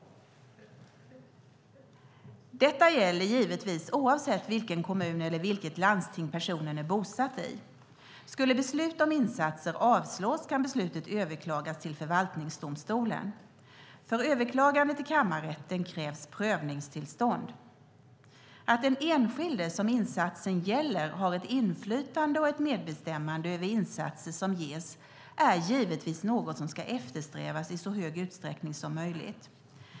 Detta gäller givetvis oavsett vilken kommun eller vilket landsting personen är bosatt i. Skulle beslut om insatser avslås kan beslutet överklagas till förvaltningsdomstolen. För överklagande till kammarrätten krävs prövningstillstånd. Att den enskilde som insatsen gäller har ett inflytande och ett medbestämmande över insatser som ges är givetvis något som ska eftersträvas i så stor utsträckning som möjligt.